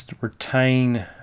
retain